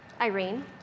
Irene